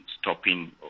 stopping